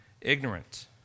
ignorant